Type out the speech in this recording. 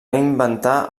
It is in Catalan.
inventar